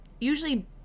usually